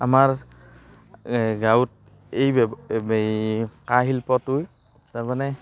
আমাৰ গাঁৱত এই ব্য়ৱ এই কাঁহশিল্পটো তাৰমানে